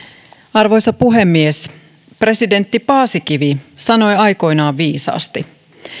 arvoisa puhemies presidentti paasikivi sanoi aikoinaan viisaasti